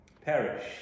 perish